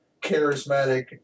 charismatic